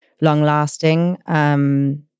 long-lasting